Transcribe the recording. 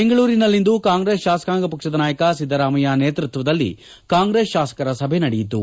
ಬೆಂಗಳೂರಿನಲ್ಲಿಂದು ಕಾಂಗ್ರೆಸ್ ಶಾಸಕಾಂಗ ಪಕ್ಷದ ನಾಯಕ ಸಿದ್ದರಾಮಯ್ಯ ನೇತೃತ್ವದಲ್ಲಿ ಕಾಂಗ್ರೆಸ್ ಶಾಸಕರ ಸಭೆ ನಡೆಯಿತು